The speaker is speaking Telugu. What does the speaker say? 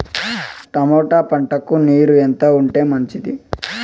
టమోటా పంటకు నీరు ఎంత ఉంటే మంచిది?